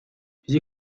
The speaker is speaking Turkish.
bizi